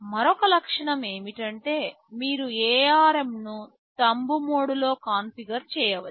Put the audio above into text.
మరొక లక్షణం ఏమిటంటే మీరు ARM ను తంబు మోడ్లో కాన్ఫిగర్ చేయవచ్చు